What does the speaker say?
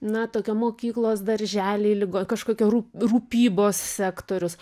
na tokia mokyklos darželiai ligo kažkokio rūp rūpybos sektorius